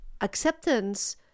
acceptance